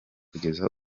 kugeza